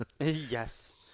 Yes